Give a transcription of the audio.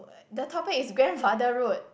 the topic is grandfather road